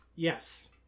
Yes